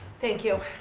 thank you.